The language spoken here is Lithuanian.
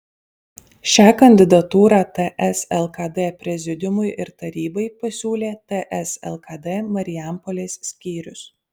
šią kandidatūrą ts lkd prezidiumui ir tarybai pasiūlė ts lkd marijampolės skyrius